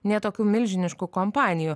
nė tokių milžiniškų kompanijų